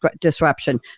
disruption